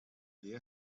día